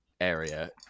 area